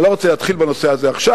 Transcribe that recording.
אני לא רוצה להתחיל בנושא הזה עכשיו,